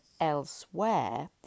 elsewhere